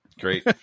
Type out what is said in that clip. great